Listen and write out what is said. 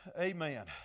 Amen